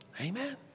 Amen